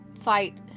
fight